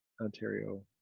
Ontario